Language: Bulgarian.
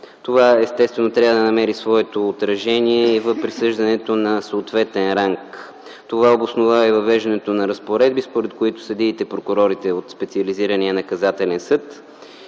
Естествено, това трябва да намери своето отражение и в присъждането на съответен ранг. Това обосновава и въвеждането на разпоредби, според които съдиите и прокурорите от специализирания наказателен съд